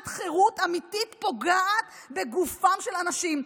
חירות אמיתית הפוגעת בגופם של אנשים.